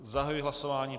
Zahajuji hlasování.